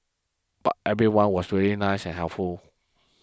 but everyone was really nice and helpful